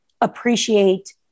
appreciate